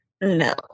No